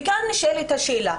וכאן נשאלת השאלה: